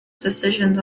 decisions